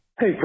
hey